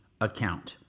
account